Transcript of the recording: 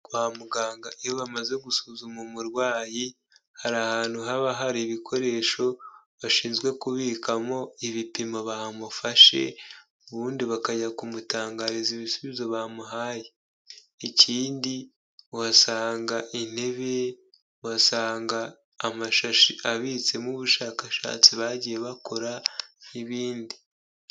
Kwa muganga iyo bamaze gusuzuma umurwayi, hari ahantu haba hari ibikoresho bashinzwe kubikamo ibipimo bamufashe ubundi bakajya kumutangariza ibisubizo bamuhaye, ikindi uhasanga intebe, uhasanga amashashi abitsemo ubushakashatsi bagiye bakora ibindi.